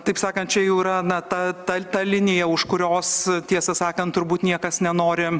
taip sakant čia jau yra na ta ta linija už kurios tiesą sakant turbūt niekas nenori